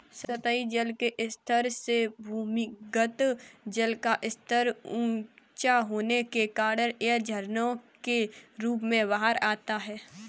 सतही जल के स्तर से भूमिगत जल का स्तर ऊँचा होने के कारण यह झरनों के रूप में बाहर आता है